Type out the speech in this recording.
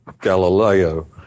Galileo